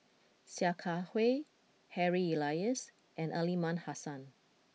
Sia Kah Hui Harry Elias and Aliman Hassan